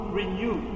renew